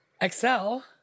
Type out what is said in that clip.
Excel